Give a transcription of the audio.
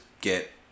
get